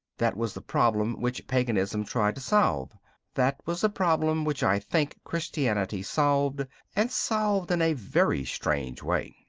that was the problem which paganism tried to solve that was the problem which i think christianity solved and solved in a very strange way.